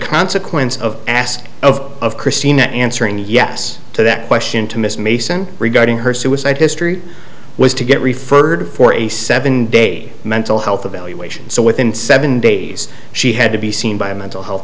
consequence of ask of christina answering yes to that question to miss mason regarding her suicide history was to get referred for a seven day mental health evaluation so within seven days she had to be seen by a mental health